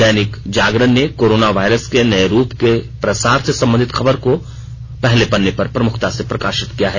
दैनिक जागरण ने corona virus के नये रूप के प्रसार से संबंधित खबर को पहले पन्ने पर प्रमुखता से प्रकाशित किया है